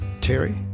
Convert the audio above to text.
Terry